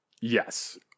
Yes